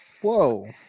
whoa